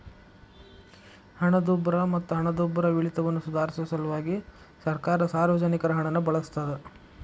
ಹಣದುಬ್ಬರ ಮತ್ತ ಹಣದುಬ್ಬರವಿಳಿತವನ್ನ ಸುಧಾರ್ಸ ಸಲ್ವಾಗಿ ಸರ್ಕಾರ ಸಾರ್ವಜನಿಕರ ಹಣನ ಬಳಸ್ತಾದ